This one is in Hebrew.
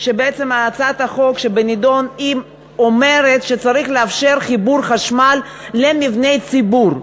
שהצעת החוק בנדון אומרת שצריך לאפשר חיבור חשמל למבני ציבור,